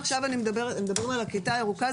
אנחנו מדברים על הכיתה הירוקה,